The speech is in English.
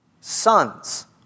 sons